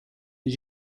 did